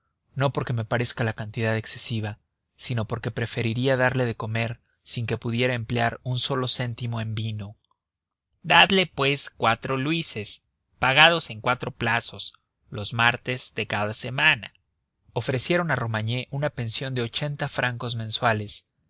no porque me parezca la cantidad excesiva sino porque preferiría darle de comer sin que pudiera emplear un solo céntimo en vino dadle pues cuatro luises pagados en cuatro plazos los martes de cada semana ofrecieron a romagné una pensión de ochenta francos mensuales